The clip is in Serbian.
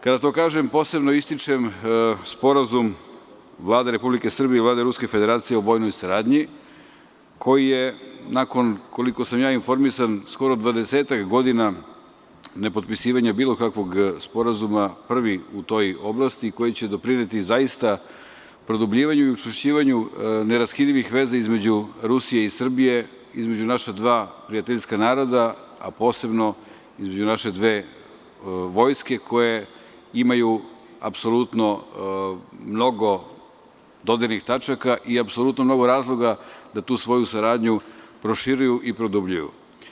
Kada to kažem, posebno ističem Sporazum Vlade Republike Srbije i Vlade Ruske Federacije o vojnoj saradnji, koji je nakon, koliko sam ja informisan, skoro 20-ak godina nepotpisivanja bilo kakvog sporazuma, prvi u toj oblasti i koji će doprineti zaista produbljivanju i učvršćivanju neraskidivih veza između Rusije i Srbije, između naša dva prijateljska naroda, a posebno između naše dve vojske koje imaju apsolutno mnogo dodirnih tačaka i apsolutno mnogo razloga da tu svoju saradnju proširuju i produbljuju.